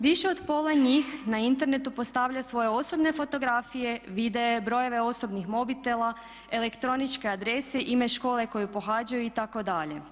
Više od pola njih na internetu postavlja svoje osobne fotografije, videa, brojeve osobnih mobitela, elektroničke adrese, ime škole koju pohađaju itd.